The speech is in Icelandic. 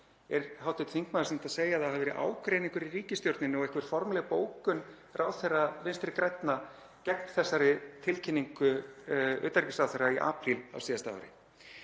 Er hv. þingmaður sem sagt að segja að það hafi verið ágreiningur í ríkisstjórninni og einhver formleg bókun ráðherra Vinstri grænna gegn þessari tilkynningu utanríkisráðherra í apríl á síðasta ári?